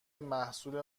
محصول